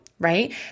right